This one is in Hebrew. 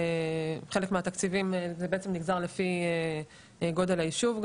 חלק מהתקציבים נגזרו בעצם לפי גודל הישוב,